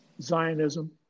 Zionism